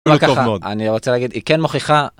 אני רוצה להגיד היא כן מוכיחה.